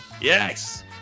Yes